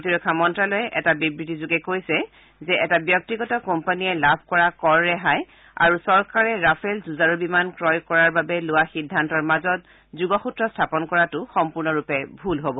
প্ৰতিৰক্ষা মন্ত্ৰালয়ে এটা বিবৃতিযোগে কৈছে যে এটা ব্যক্তিগত কোম্পানীয়ে লাভ কৰা কৰ ৰেহাই আৰু চৰকাৰে ৰাফেল যুঁজাৰু বিমান ক্ৰয় কৰাৰ বাবে লোৱা সিদ্ধান্তৰ মাজত যোগসূত্ৰ স্থাপন কৰাটো সম্পূৰ্ণৰূপে ভুল হ'ব